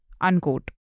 Unquote